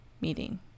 meeting